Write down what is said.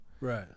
Right